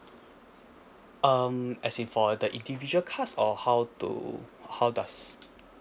um as in for the individual class or how do how does